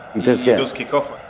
does yeah does kick off.